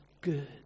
good